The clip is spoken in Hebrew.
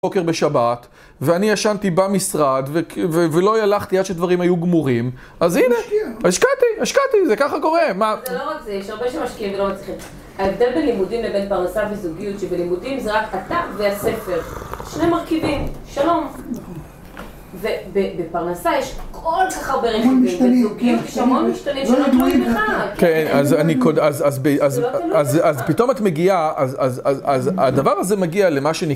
בוקר בשבת, ואני ישנתי במשרד, ולא הלכתי עד שדברים היו גמורים, אז הנה, השקעתי, השקעתי, זה ככה קורה. זה לא רק זה, יש הרבה שמשקיעים ולא מצליחים. ההבדל בין לימודים לבין פרנסה וזוגיות שבלימודים זה רק אתה והספר, שני מרכיבים, שלום. ובפרנסה יש כל כך הרבה רבדים, וזוגיות, יש המון משתנים שלא תלויים בך. כן, אז אני קודם, אז, אז, אז, אז, אז, אז, פתאום את מגיעה, אז, אז, אז הדבר הזה מגיע למה שנקרא,